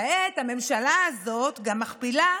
כעת הממשלה הזאת גם מכפילה